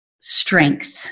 strength